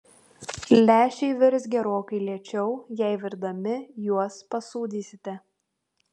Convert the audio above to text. lęšiai virs gerokai lėčiau jei virdami juos pasūdysite